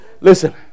Listen